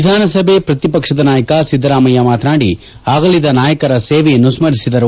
ವಿಧಾನಸಭೆ ಪ್ರತಿಪಕ್ಷದ ನಾಯಕ ಸಿದ್ದರಾಮಯ್ಯ ಮಾತನಾದಿ ಆಗಲಿದ ನಾಯಕರ ಸೇವೆಯನ್ನು ಸ್ಮರಿಸಿದರು